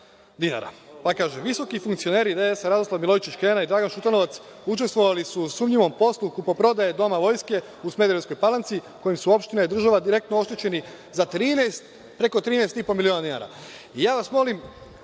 dinara. Pa, kaže – visoki funkcioneri DS-a, Radoslav Milojičić Kena i Dragan Šutanovac, učestvovali su u sumnjivom poslu kupoprodaje Doma vojske u Smederevskoj Palanci u kojem su opštine i država direktno oštećeni za preko 13,5 miliona dinara. Molim